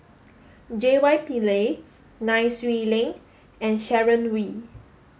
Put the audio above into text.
J Y Pillay Nai Swee Leng and Sharon Wee